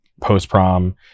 post-prom